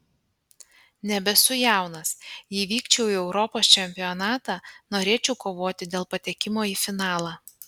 nebesu jaunas jei vykčiau į europos čempionatą norėčiau kovoti dėl patekimo į finalą